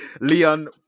Leon